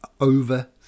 over